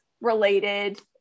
related